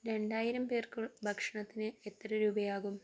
രണ്ടായിരം പേർക്ക് ഭക്ഷണത്തിന് എത്ര രൂപയാകും